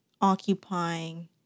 occupying